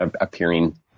appearing